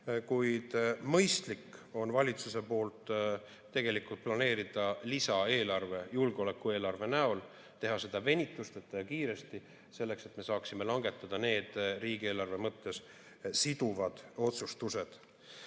Kuid mõistlik oleks valitsusel planeerida lisaeelarve julgeolekueelarve näol, teha seda venitusteta ja kiiresti, selleks et me saaksime langetada need riigieelarve mõttes siduvad otsustused.